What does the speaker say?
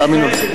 תאמינו לי.